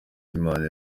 imana